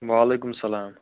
وَعلیکُم اَسَلام